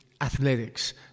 athletics